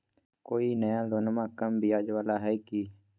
कोइ नया लोनमा कम ब्याजवा वाला हय की?